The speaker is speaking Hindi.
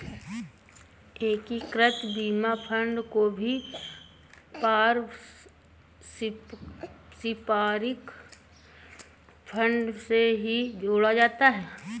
एकीकृत बीमा फंड को भी पारस्परिक फंड से ही जोड़ा जाता रहा है